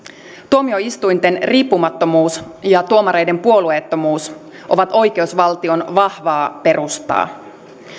tuomioistuinten riippumattomuus ja tuomareiden puolueettomuus ovat oikeusvaltion vahvaa perustaa